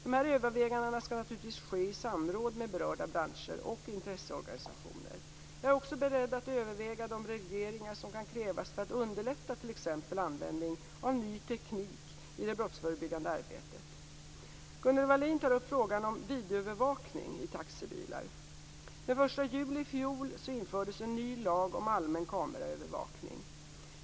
De här övervägandena skall naturligtvis ske i samråd med berörda branscher och intresseorganisationer. Jag är också beredd att överväga de regleringar som kan krävas för att underlätta t.ex. användningen av ny teknik i det brottsförebyggande arbetet. Gunnel Wallin tar upp frågan om videoövervakning i taxibilar. Den 1 juli i fjol infördes en ny lag om allmän kameraövervakning.